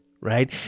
right